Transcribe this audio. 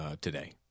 today